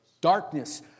Darkness